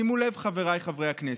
שימו לב, חבריי חברי הכנסת: